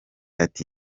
ati